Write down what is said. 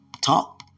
talk